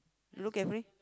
you look carefully